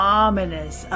ominous